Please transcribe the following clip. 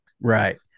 Right